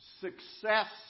Success